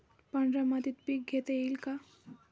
पांढऱ्या मातीत पीक घेता येईल का?